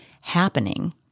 happening